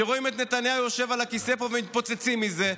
שרואים את נתניהו יושב על הכיסא ומתפוצצים מזה,